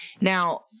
Now